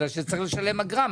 בגלל שצריך לשלם אגרה,